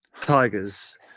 tigers